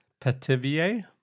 Petivier